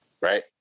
right